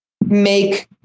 make